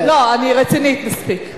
לא, אני רצינית, מספיק.